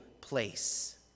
place